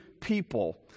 people